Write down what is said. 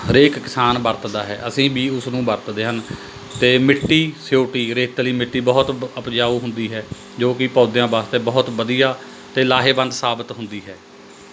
ਹਰੇਕ ਕਿਸਾਨ ਵਰਤਦਾ ਹੈ ਅਸੀਂ ਵੀ ਉਸ ਨੂੰ ਵਰਤਦੇ ਹਨ ਅਤੇ ਮਿੱਟੀ ਸਿਓਟੀ ਰੇਤਲੀ ਮਿੱਟੀ ਬਹੁਤ ਉਪ ਉਪਜਾਊ ਹੁੰਦੀ ਹੈ ਜੋ ਕਿ ਪੌਦਿਆਂ ਵਾਸਤੇ ਬਹੁਤ ਵਧੀਆ ਅਤੇ ਲਾਹੇਵੰਦ ਸਾਬਤ ਹੁੰਦੀ ਹੈ